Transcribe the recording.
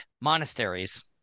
monasteries